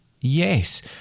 Yes